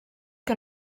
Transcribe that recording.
que